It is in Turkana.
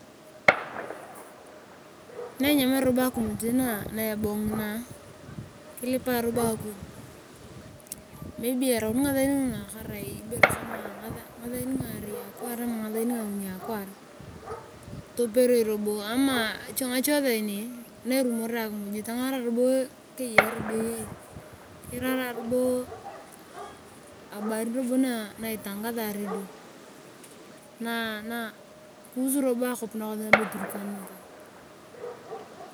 Nenyemere robo auimiy na ebong ngina kilipa robo akiy maybe erauni ngasain nguna karai ibere kama ngasain ngarei akwaar ama ngasain ngauni akwaar toperoi robo ama ngache saini ne eerumoror akimiy tangarae keuaredio eyei kirarae robo abaar na itaamgasae aredio kuhusu robo akwap nakosi be turkan naka.